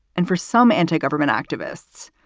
and for some anti-government activists,